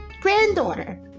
Granddaughter